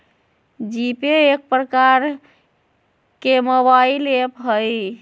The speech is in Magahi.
जीपे एक प्रकार के मोबाइल ऐप हइ